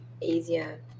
easier